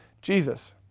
Jesus